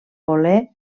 voler